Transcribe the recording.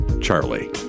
Charlie